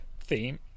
theme